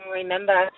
remember